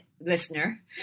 listener